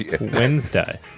Wednesday